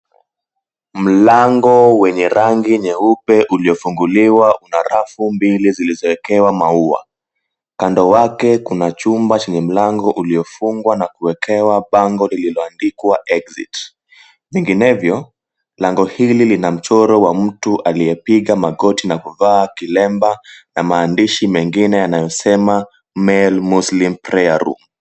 Mlango wenye rangi nyeupe uliofunguliwa una rafu mbili zilizoekewa maua. Kando wake kuna chumba chenye mlango uliofungwa na kuwekewa bango lilioandikwa "Exit". Vinginevyo, lango hili lina mchoro wa mtu aliyepiga magoti na kuvaa kilemba na maandishi mengine yanayosema "Male Muslim Prayer Room".